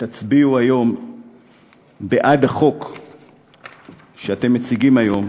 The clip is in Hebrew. שתצביעו היום בעד החוק שאתם מציגים היום,